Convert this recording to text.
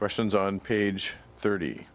questions on page thirty